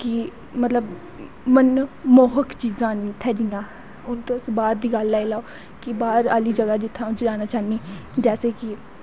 मतलव की मन मोहक चीजां न उत्थें जियां हून तुस बाह्र दी गल्ल लाई लैओ कि बाह्र आह्ली जगा जित्थें अऊं जाना चाह्नी जैसे कि